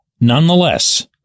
Nonetheless